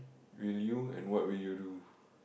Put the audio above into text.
will you and what will you do